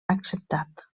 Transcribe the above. acceptat